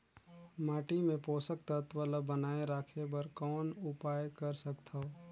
माटी मे पोषक तत्व ल बनाय राखे बर कौन उपाय कर सकथव?